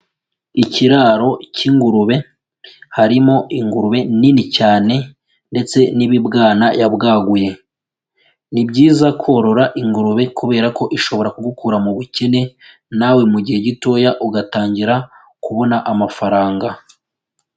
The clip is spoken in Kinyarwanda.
Ikiraro cy'ingurube harimo ingurube nini cyane ndetse n'ibibwana yabwaguye ni byiza korora ingurube kubera ko ishobora kugukura mu bukene nawe mu gihe gitoya ugatangira kubona amafaranga.